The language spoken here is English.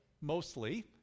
mostly